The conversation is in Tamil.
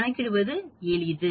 கணக்கிடுவது எளிது